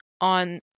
on